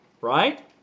Right